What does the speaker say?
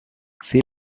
see